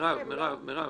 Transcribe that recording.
מירב, מירב.